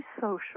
social